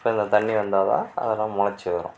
இப்போ அந்த தண்ணி வந்தால்தான் அதெல்லாம் முளைச்சி வரும்